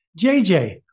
JJ